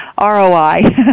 ROI